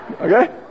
okay